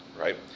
right